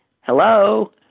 Hello